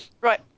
Right